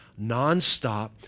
nonstop